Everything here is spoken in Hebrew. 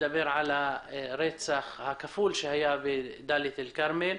לדבר על הרצח הכפול שהיה בדליית אל כרמל.